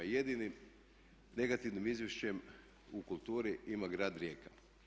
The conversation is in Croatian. I jedini, negativnim izvješćem u kulturi ima grad Rijeka.